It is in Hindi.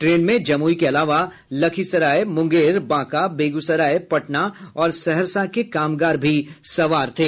ट्रेन में जमुई के अलावा लखीसराय मुंगेर बांका बेगूसराय पटना और सहरसा के भी कामगार सवार थे